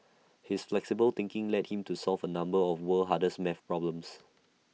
his flexible thinking led him to solve A number of world hardest math problems